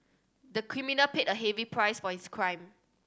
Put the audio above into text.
the criminal paid a heavy price for his crime